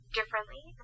differently